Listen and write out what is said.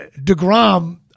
DeGrom –